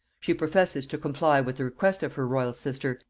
she professes to comply with the request of her royal sister,